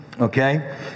Okay